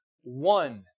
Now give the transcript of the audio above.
one